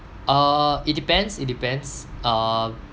uh it depends it depends uh